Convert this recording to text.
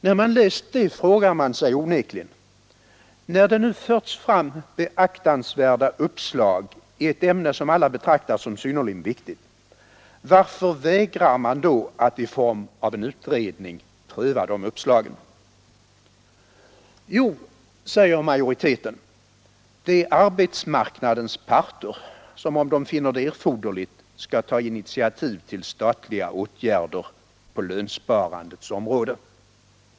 När man läst detta, frågar man sig onekligen: När det nu förts fram beaktansvärda uppslag i ett ämne som alla betraktar som synnerligen viktigt, varför vägrar man då att i form av en utredning pröva de uppslagen? Jo, säger majoriteten, det är arbetsmarknadens parter som ”om de finner det erforderligt” skall ta initiativ till statliga åtgärder på lönsparandets område.